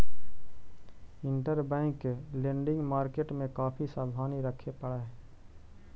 interbank lending market में काफी सावधानी रखे पड़ऽ हई